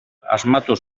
asmatu